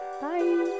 bye